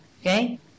Okay